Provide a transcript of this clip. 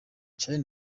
charly